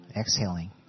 exhaling